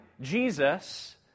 Jesus